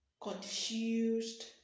confused